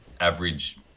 average